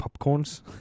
popcorns